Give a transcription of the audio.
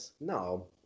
no